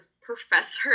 professor